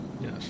Yes